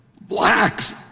Blacks